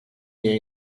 jej